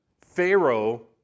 Pharaoh